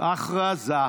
הודעה